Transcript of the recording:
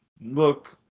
look